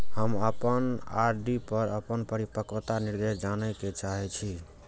हम अपन आर.डी पर अपन परिपक्वता निर्देश जाने के चाहि छी